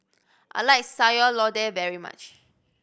I like Sayur Lodeh very much